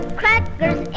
crackers